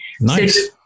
nice